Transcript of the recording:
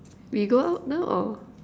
we go out now or